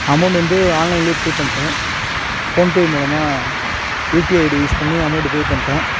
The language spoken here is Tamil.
அமௌன்ட் வந்து ஆன்லைன்லே பே பண்ணிட்டேன் ஃபோன் பே மூலமாக யூபிஐ ஐடி யூஸ் பண்ணி அமௌண்ட் பே பண்ணிட்டேன்